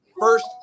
first